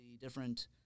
different